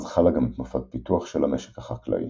אז חלה גם תנופת פיתוח של המשק החקלאי.